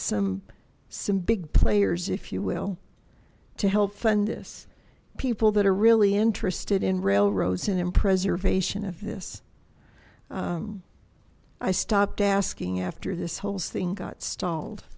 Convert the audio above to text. some some big players if you will to help fund this people that are really interested in railroads and in preservation of this i stopped asking after this whole thing got stalled